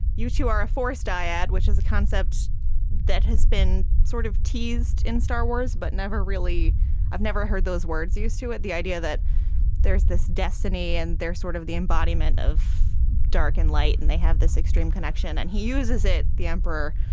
yes, you are a force dyad, which is a concept that has been sort of teased in star wars, but never really i've never heard those words used to it. the idea that there's this destiny and they're sort of the embodiment of dark and light. and they have this extreme connection. and he uses it, the emperor,